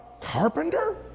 carpenter